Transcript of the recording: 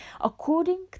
according